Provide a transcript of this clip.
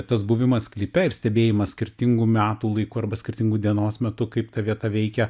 tas buvimas sklype ir stebėjimas skirtingu metų laiku arba skirtingu dienos metu kaip ta vieta veikia